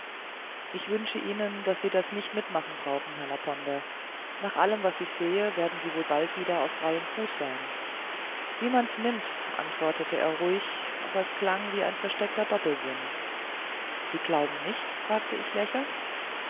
ich wünsche ihnen daß sie das nicht mitzumachen brauchen herr laponder nach allem was ich sehe werden sie wohl bald wieder auf freiem fuß sein wie man's nimmt antwortete er ruhig aber es klang wie ein versteckter doppelsinn sie glauben nicht fragte ich lächelnd